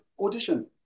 audition